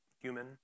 human